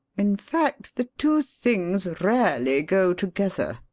in fact the two things rarely go together.